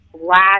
last